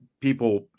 people –